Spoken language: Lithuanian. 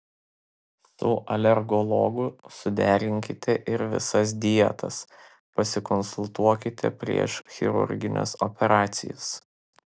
su alergologu suderinkite ir visas dietas pasikonsultuokite prieš chirurgines operacijas